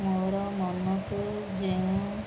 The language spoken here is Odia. ମୋର ମନକୁ ଯେଉଁ